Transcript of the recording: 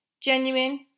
genuine